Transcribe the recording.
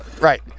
Right